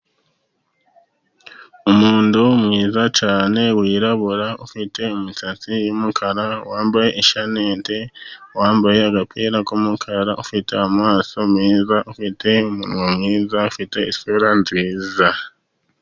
Umuntu mwiza cyane wirabura, ufite imisatsi y'umukara, wambaye ishenete ,wambaye agapira k'umukara, ufite amaso meza, ufite umunwa mwiza, afite isura nziza.